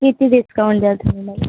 किती डिस्काउंट द्याल तुम्ही मला